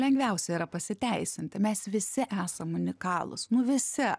lengviausia yra pasiteisinti mes visi esam unikalūs nu visi